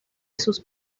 sus